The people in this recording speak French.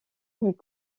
est